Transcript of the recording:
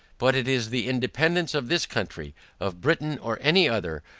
but it is the independance of this country of britain or any other,